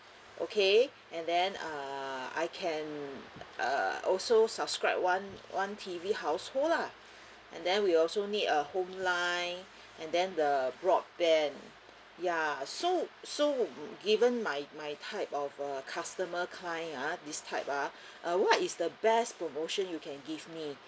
okay and then err I can err also subscribe one one T_V household lah and then we also need a home line and then the broadband ya so so even my my type of uh customer kind ah this type ah uh what is the best promotion you can give me